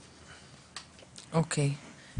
אוקיי.